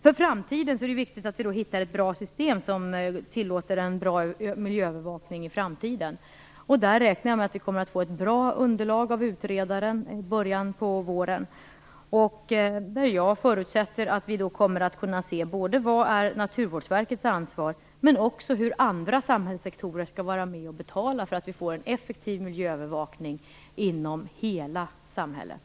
För framtiden är det viktigt att vi hittar ett bra system som tillåter en bra miljöövervakning. I det avseendet räknar jag med att vi kommer att få ett bra underlag av utredaren i början av våren. Jag förutsätter att vi då kommer att kunna se vad som är Naturvårdsverkets ansvar, men också hur andra samhällssektorer skall vara med och betala för att vi skall få en effektiv miljöövervakning inom hela samhället.